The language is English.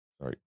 Sorry